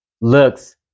looks